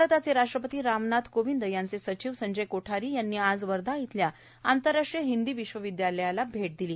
भारताचे राष्ट्रपती रामनाथ कोविंद यांचे सचिव संजय कोठारी यांनी आज वर्धा इथल्या आंतरराष्ट्रीय हिंदी विश्वविद्यालयाला भैट दिली